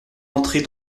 entrée